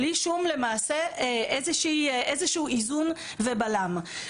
בלי שום למעשה איזה שהוא איזון ובלם.